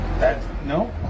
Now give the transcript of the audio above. No